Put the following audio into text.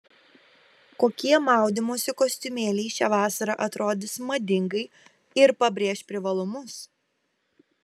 kokie maudymosi kostiumėliai šią vasarą atrodys madingai ir pabrėš privalumus